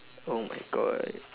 oh my god